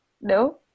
no